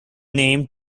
name